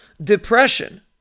Depression